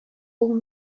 all